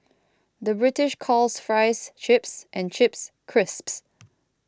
the British calls Fries Chips and Chips Crisps